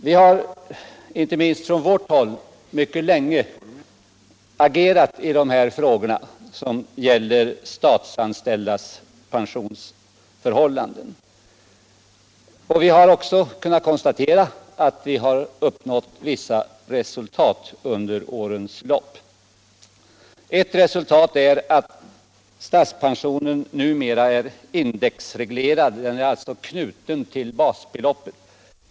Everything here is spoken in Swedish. Vi har inte minst från moderat håll mycket länge agerat i de här frågorna, som gäller statligt anställdas pensionsförhållanden, och vi har också kunnat konstatera att vi har uppnått vissa resultat under årens lopp. Ett resultat är att statspensionen numera är indexreglerad och alltså knuten till basbeloppet.